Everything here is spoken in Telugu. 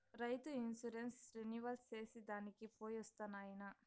రైతు ఇన్సూరెన్స్ రెన్యువల్ చేసి దానికి పోయొస్తా నాయనా